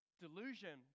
delusion